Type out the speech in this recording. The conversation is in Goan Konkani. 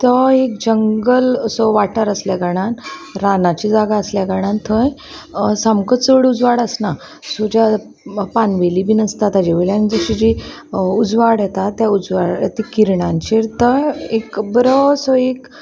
तो एक जंगल असो वाठार आसल्या कारणान रानाची जागा आसल्या कारणान थंय सामको चड उजवाड आसना सो ज्या पानवेली बीन आसता ताजे वल्यान जशी जी उजवाड येता त्या उजवाड किरणांचेर तो एक बरो असो एक